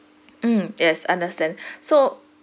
hmm yes I understand so